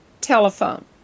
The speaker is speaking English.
telephone